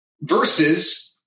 Versus